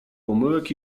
pomyłek